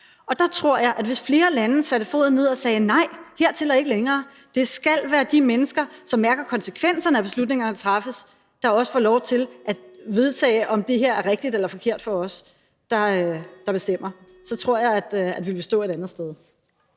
andet sted, hvis flere lande satte foden ned og sagde: Nej, hertil og ikke længere. Det skal være de mennesker, som mærker konsekvenserne af beslutningerne, der træffes, der også får lov til at vedtage, om det er rigtigt eller forkert for os, der bestemmer. Kl. 19:28 Første næstformand (Karen